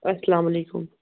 السلامُ علیکُم